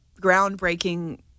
groundbreaking